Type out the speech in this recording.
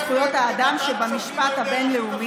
שמצד אחד את תומכת,